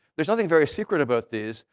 there's nothing very secret about this.